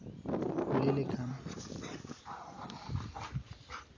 ᱞᱟᱹᱭ ᱞᱮᱠᱷᱟᱱ